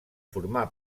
formar